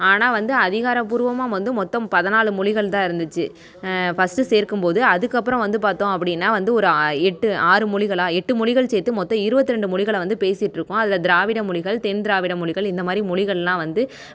ஆனால் வந்து அதிகாரப்பூர்வமாக வந்து மொத்தம் பதினாலு மொழிகள் தான் இருந்துச்சு ஃபர்ஸ்ட்டு சேர்க்கும் போது அதுக்கப்புறம் வந்து பார்த்தோம் அப்படினா வந்து ஒரு ஆ எட்டு ஆறு மொழிகளாக எட்டு மொழிகள் சேர்த்து மொத்தம் இருபத்து ரெண்டு மொழிகளை வந்து பேசிட்ருக்கோம் அதில் திராவிட மொழிகள் தென் திராவிட மொழிகள் இந்த மாதிரி மொழிகளெலாம் வந்து